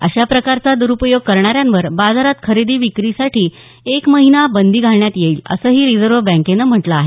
अशा प्रकारचा द्रुपयोग करणाऱ्यांवर बाजारात खरेदी विक्रीसाठी एक महिना बंदी घालण्यात येईल असंही रिझव्ह बँकेनं म्हटलं आहे